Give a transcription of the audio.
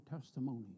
testimony